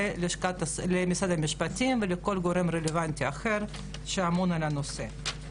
למשרד המשפטים ולכל גורם רלוונטי אחר שאמון על הנושא.